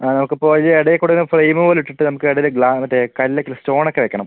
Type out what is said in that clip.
ആ നമുക്ക് ഇപ്പം ഈ ഇടയിൽ കൂടെ എല്ലം ഫ്രെയിമ് പോല ഇട്ടിട്ട് നമുക്ക് ഇടയില് മറ്റെ കല്ല് സ്റ്റോൺ ഒക്കെ വെക്കണം